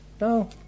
No